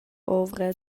ovra